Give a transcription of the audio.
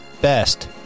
best